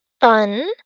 fun